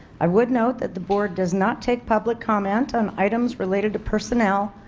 i would note that the board does not take public comment on items related to personnel,